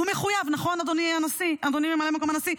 הוא מחויב, נכון אדוני ממלא מקום הנשיא?